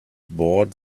bought